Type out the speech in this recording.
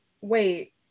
wait